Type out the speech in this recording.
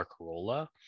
Corolla